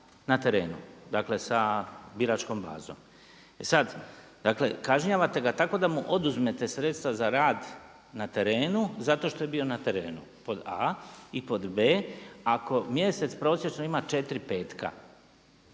na terenu, dakle sa biračkom bazom. E sad, dakle kažnjavate ga tako da mu oduzmete sredstva za rad na terenu zato što je bio na terenu pod a. I pod b, ako mjesec prosječno ima 4 petka,